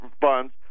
funds